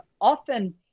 often